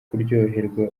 kuryoherwa